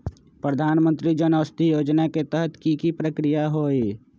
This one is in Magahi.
प्रधानमंत्री जन औषधि योजना के तहत की की प्रक्रिया होई?